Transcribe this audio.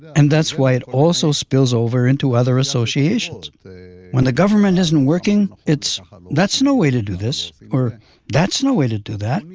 and that's why it also spills over into other associations. when the government isn't working, it's that's no way to do this or that's no way to do that.